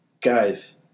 guys